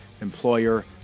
employer